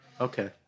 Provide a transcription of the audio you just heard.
Okay